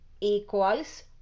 equals